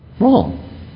Wrong